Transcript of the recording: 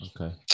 Okay